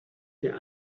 der